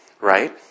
right